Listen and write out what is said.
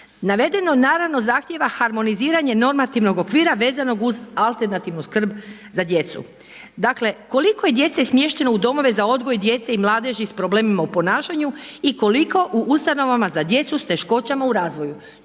Navedeno naravno zahtjeva harmoniziranje normativnog okvira vezanog uz alternativnu skrb za djecu. Dakle, koliko je djece smješteno u domove za odgoj djece i mladeži s problemima u ponašanju i koliko u ustanovama za djecu s teškoćama u razvoju,